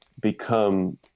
become